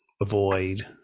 avoid